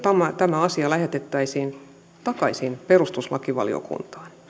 tämä asia lähetettäisiin takaisin perustuslakivaliokuntaan